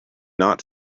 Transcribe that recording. not